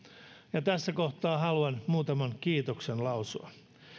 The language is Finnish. ja tässä kohtaa haluan muutaman kiitoksen lausua